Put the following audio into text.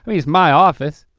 i mean it's my office.